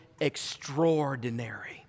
extraordinary